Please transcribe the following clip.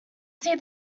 see